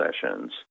sessions